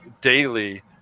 daily